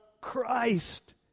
Christ